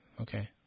Okay